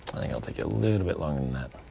i think it'll take you a little bit longer than that.